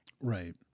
Right